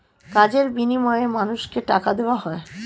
কাজের বিনিময়ে মানুষকে টাকা দেওয়া হয়